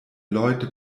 leute